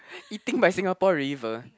eating by Singapore-River